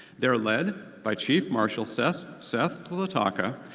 they are led by chief marshal seth seth zlotocha,